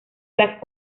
las